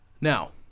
Now